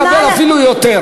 הוא מקבל אפילו יותר.